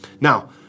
Now